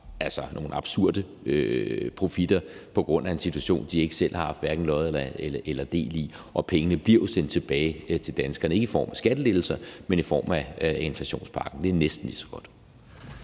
haft nogle absurde profitter på grund af en situation, de ikke selv har haft hverken lod eller del i, og pengene bliver jo sendt tilbage til danskerne, ikke i form af skattelettelser, men i form af inflationspakken. Det er næsten lige så godt.